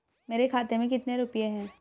मेरे खाते में कितने रुपये हैं?